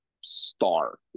star